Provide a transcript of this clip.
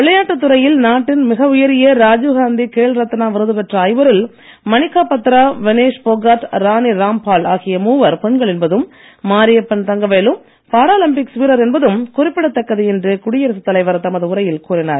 விளையாட்டுத் துறையில் நாட்டின் மிக உயரிய ராஜீவ் காந்தி கேல் ரத்னா விருது பெற்ற ஐவரில் மணிக்கா பத்ரா வினேஷ் போகாட் ராணி ராம்பால் ஆகிய மூவர் பெண்கள் என்பதும் மாரியப்பன் தங்கவேலு பாராலிம்பிக்ஸ் வீரர் என்பதும் குறிபிட்டத்தக்கது என்று குடியரசுத் தலைவர் தமது உரையில் கூறினார்